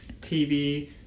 TV